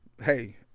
Hey